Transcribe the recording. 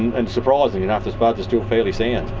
and surprisingly enough the spuds are still fairly sound,